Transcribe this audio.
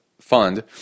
Fund